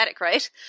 right